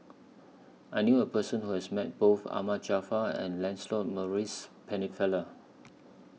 I knew A Person Who has Met Both Ahmad Jaafar and Lancelot Maurice Pennefather